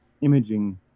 imaging